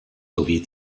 sowie